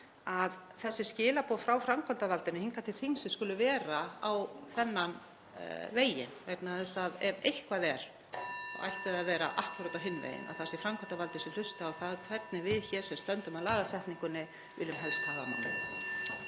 að þessi skilaboð frá framkvæmdarvaldinu hingað til þingsins skuli vera á þennan veginn vegna þess að ef eitthvað er ætti það að vera akkúrat á hinn veginn, að það sé framkvæmdarvaldið sem hlusti á það hvernig við hér sem stöndum að lagasetningunni viljum helst haga málum.